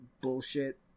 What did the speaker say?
bullshit